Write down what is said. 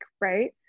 right